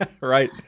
Right